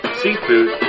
seafood